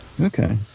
Okay